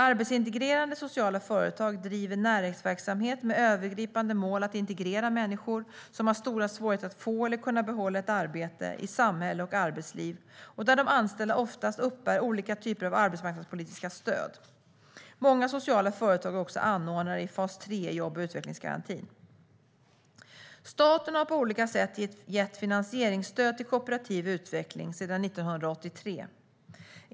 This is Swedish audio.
Arbetsintegrerande sociala företag driver näringsverksamhet med det övergripande målet att integrera människor som har stora svårigheter att få eller kunna behålla ett arbete i samhälle och arbetsliv där de anställda oftast uppbär olika typer av arbetsmarknadspolitiska stöd. Många sociala företag är också anordnare i fas 3 i jobb och utvecklingsgarantin. Staten har på olika sätt gett finansieringsstöd till kooperativ utveckling sedan 1983.